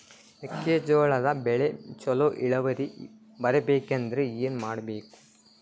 ಮೆಕ್ಕೆಜೋಳದ ಬೆಳೆ ಚೊಲೊ ಇಳುವರಿ ಬರಬೇಕಂದ್ರೆ ಏನು ಮಾಡಬೇಕು?